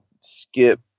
skip